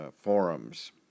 Forums